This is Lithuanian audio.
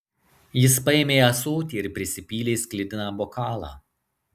jis paėmė ąsotį ir prisipylė sklidiną bokalą